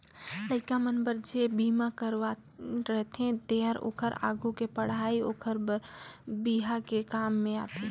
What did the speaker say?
लइका मन बर जे बिमा करवाये रथें तेहर ओखर आघु के पढ़ई ओखर बर बिहा के काम में आथे